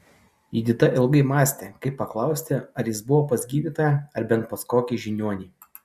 judita ilgai mąstė kaip paklausti ar jis buvo pas gydytoją ar bent pas kokį žiniuonį